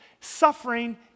Suffering